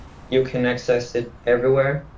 you can access it everywhere,